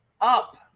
Up